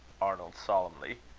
arnold solemnly.